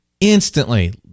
instantly